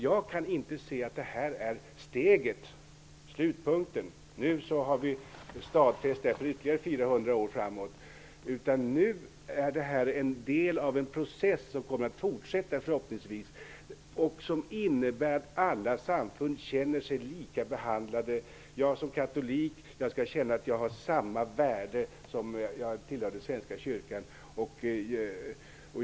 Jag kan inte se att detta är slutpunkten, att vi har stadfäst det här för ytterligare 400 år framåt. Detta är en del i en process som förhoppningsvis kommer att fortsätta och som innebär att alla samfund känner sig likabehandlade. En katolik skall känna att han har samma värde som om han tillhörde svenska kyrkan.